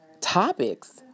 topics